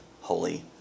holy